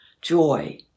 joy